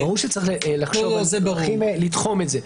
--- ברור שצריך לחשוב איך לתחום את זה,